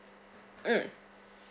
mm